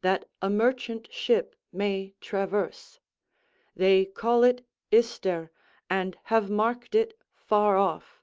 that a merchant ship may traverse they call it ister and have marked it far off